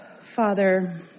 Father